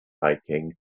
biking